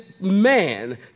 man